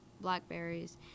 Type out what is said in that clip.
blackberries